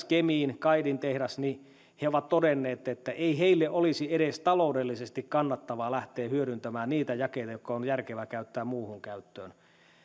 kemiin kaidin tehdas niin he ovat todenneet että ei heidän olisi edes taloudellisesti kannattavaa lähteä hyödyntämään niitä jakeita jotka on järkevää käyttää muuhun käyttöön